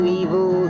evil